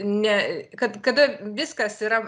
ne kad kada viskas yra